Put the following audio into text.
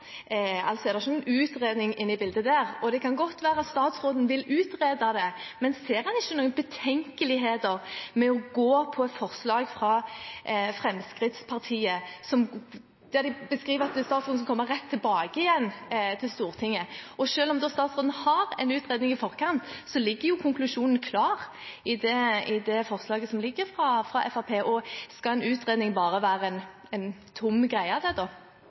altså ingen vurdering inne i bildet der. Det er ingen utredning inne i bildet der. Det kan godt være at statsråden vil utrede det, men ser han ingen betenkeligheter med å gå for forslaget fra Fremskrittspartiet, der de beskriver at statsråden skal komme rett tilbake til Stortinget? Og selv om statsråden har en utredning i forkant, ligger konklusjonen klar i forslaget fra Fremskrittspartiet. Skal en utredning da bare være en tom greie? Jeg har litt vanskelig for å se for meg det